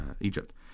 egypt